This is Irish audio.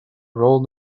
ról